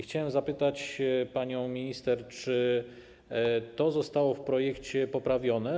Chciałem zapytać panią minister: Czy to zostało w projekcie poprawione?